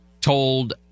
told